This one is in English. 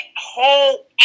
whole